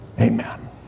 Amen